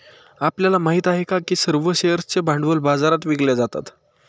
आपल्याला माहित आहे का की सर्व शेअर्सचे भांडवल बाजारात विकले जातात?